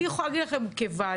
אני יכולה להגיד לכם כוועדה,